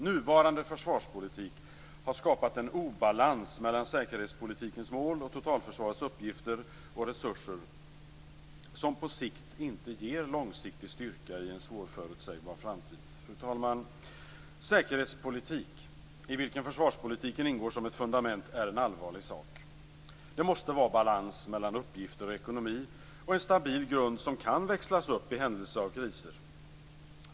Nuvarande försvarspolitik har skapat en obalans mellan säkerhetspolitikens mål och totalförsvarets uppgifter och resurser som på sikt inte ger långsiktig styrka i en svårförutsägbar framtid. Fru talman! Säkerhetspolitik, i vilken försvarspolitiken ingår som ett fundament, är en allvarlig sak. Det måste vara balans mellan uppgifter och ekonomi och en stabil grund som kan växlas upp i händelse av kriser.